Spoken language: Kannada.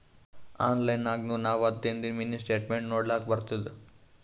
ಆನ್ಲೈನ್ ನಾಗ್ನು ನಾವ್ ಹತ್ತದಿಂದು ಮಿನಿ ಸ್ಟೇಟ್ಮೆಂಟ್ ನೋಡ್ಲಕ್ ಬರ್ತುದ